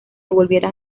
volvieran